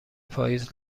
پاییز